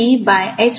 बरोबर